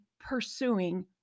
pursuing